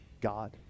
God